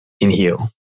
inhale